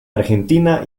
argentina